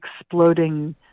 exploding